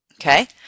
Okay